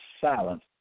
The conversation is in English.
silence